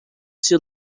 she